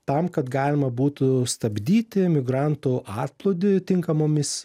tam kad galima būtų stabdyti migrantų antplūdį tinkamomis